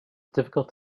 difficult